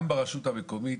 גם ברשות המקומית